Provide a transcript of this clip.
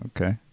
okay